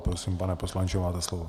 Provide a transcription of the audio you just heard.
Prosím, pane poslanče, máte slovo.